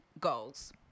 goals